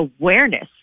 awareness